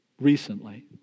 recently